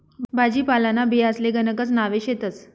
भाजीपालांना बियांसले गणकच नावे शेतस